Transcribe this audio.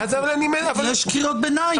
יש קריאות ביניים.